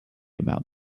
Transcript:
about